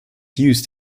used